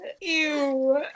Ew